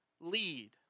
lead